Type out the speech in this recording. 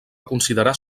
considerar